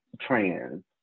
trans